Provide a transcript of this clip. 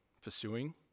pursuing